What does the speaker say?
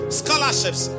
scholarships